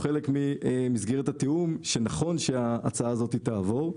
זה חלק ממסגרת התיאום שנכון שההצעה הזו תעבור.